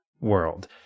world